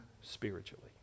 spiritually